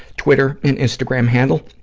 twitter and instagram handle,